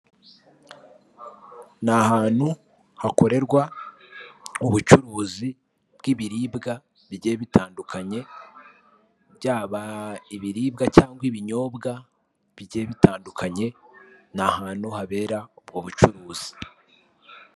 Ni ahantu hakorerwa ubucuruzi bw'ibiribwa bigiye bitandukanye byaba ibiribwa cyangwa ibinyobwa bijyiye bitandukanye, ni ahantu habera ubwo bucuruzi.